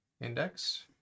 index